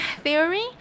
theory